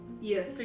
Yes